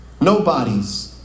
nobodies